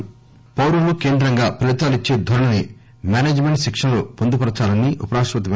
ఉప రాష్టపతి పౌరులు కేంద్రంగా ఫలీతాలు ఇచ్చే ధోరణిని మేనేజ్ మెంట్ శిక్షణ లో పొందుపరచాలని ఉపరాష్టపతి ఎం